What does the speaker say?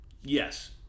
Yes